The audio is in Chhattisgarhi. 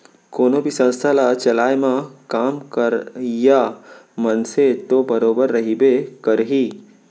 कोनो भी संस्था ल चलाए म काम करइया मनसे तो बरोबर रहिबे करही